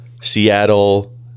Seattle